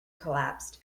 collapsed